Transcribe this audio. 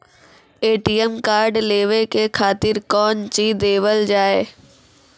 ATM card लेवे के खातिर कौंची देवल जाए?